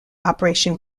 operation